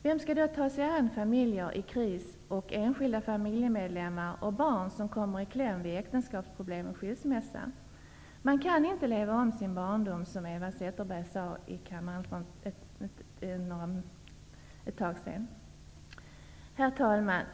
Vem skall då ta sig an familjer i kris, enskilda familjemedlemmar och barn som kommer i kläm vid äktenskapsproblem och skilsmässa? Man kan inte leva om sin barndom, som Eva Zetterberg sade i kammaren för en stund sedan. Herr talman!